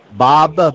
bob